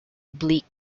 bleak